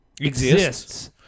exists